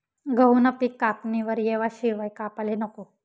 गहूनं पिक कापणीवर येवाशिवाय कापाले नको